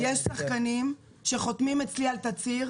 יש שחקנים שחותמים אצלי על תצהיר,